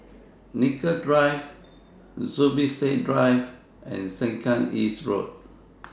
Nicoll Drive Zubir Said Drive and Sengkang East Road